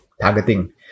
targeting